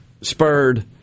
spurred